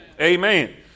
Amen